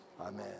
Amen